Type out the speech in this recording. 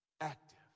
active